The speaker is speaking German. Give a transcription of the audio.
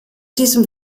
diesem